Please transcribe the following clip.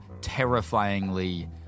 terrifyingly